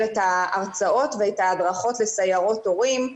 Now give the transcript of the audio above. את ההרצאות ואת ההדרכות לסיירות הורים.